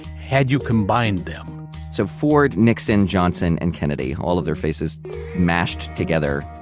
had you combined them so ford, nixon, johnson, and kennedy. all of their faces mashed together.